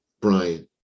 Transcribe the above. Brian